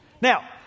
Now